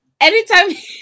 Anytime